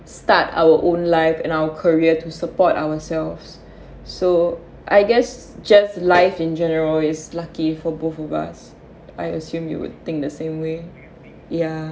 start our own life and our career to support ourselves so I guess just life in general is lucky for both of us I assume you would think the same way ya